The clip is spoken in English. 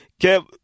Kev